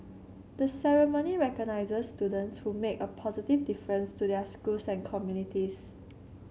the ceremony recognises students who make a positive difference to their schools and communities